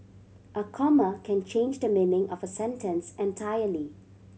a comma can change the meaning of a sentence entirely